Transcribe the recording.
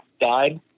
died